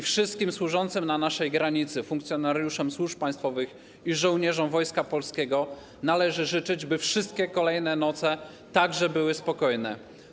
Wszystkim służącym na naszej granicy funkcjonariuszom służb państwowych i żołnierzom Wojska Polskiego należy życzyć, by wszystkie kolejne noce także były spokojne.